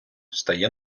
стає